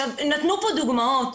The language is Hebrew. נתנו פה דוגמאות.